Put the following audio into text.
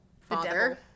father